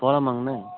போகலாமாங்கண்ண